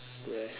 ya